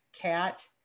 cat